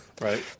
Right